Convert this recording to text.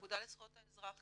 מהאגודה לזכויות האזרח,